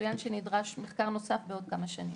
וצוין שנדרש מחקר נוסף בעוד כמה שנים.